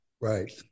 Right